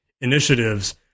initiatives